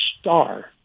star